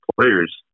players